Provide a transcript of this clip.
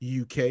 UK